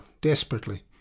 Desperately